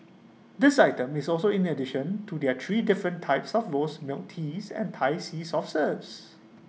this item is also in addition to their three different types of rose milk teas and Thai sea soft serves